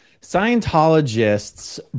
Scientologists